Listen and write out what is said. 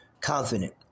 confident